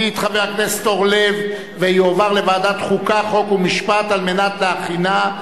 מתן צווי הגבלה ופיקוח על יישום החלטת בית-הדין),